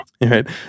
right